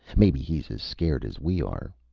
maybe he's as scared as we are.